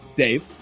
Dave